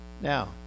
Now